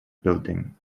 building